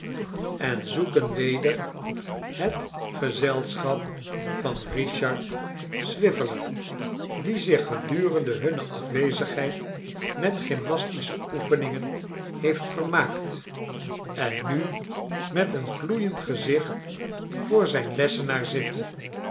en zoeken weder het geeen klein oog voor het sleutelgat zelschap van richard swiveller die zich gedurende hunne afwezigheid met gymnastische oefeningen heeft vermaakt en nu met een gloeiend gezicht voor zijn lessenaar zit